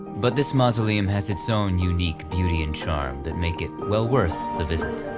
but this mausoleum has its own unique beauty and charm that make it well worth the visit.